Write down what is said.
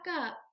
up